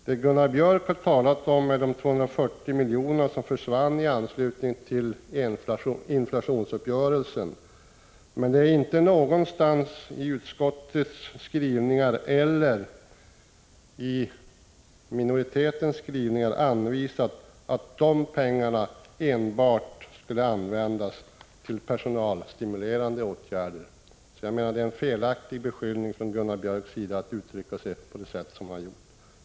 Vad Gunnar Björk har talat om är de 240 miljoner som försvann i anslutning till inflationsuppgörelsen. Man har inte någonstans i utskottets skrivningar eller i minoritetens skrivningar angivit att dessa pengar skulle användas enbart till personalstimulerande åtgärder. Jag menar att det är en felaktig beskyllning av Gunnar Björk när han uttrycker sig på det sätt som han gjort.